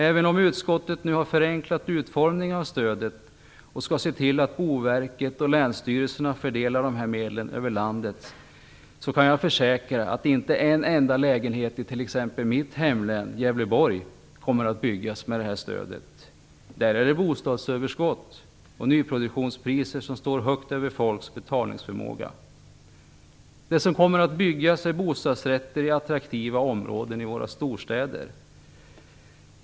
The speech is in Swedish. Även om utskottet nu har förenklat utformningen av stöd och skall se till att Boverket och länsstyrelserna fördelar medlen över landet, kan jag försäkra att inte en enda lägenhet i t.ex. mitt hemlän Gävleborg kommer att byggas med detta stöd. Där är det bostadsöverskott, och nyproduktionspriserna ligger högt över folks betalningsförmåga. Det som kommer att byggas är bostadsrätter i attraktiva områden i våra storstäder.